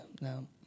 no